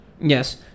Yes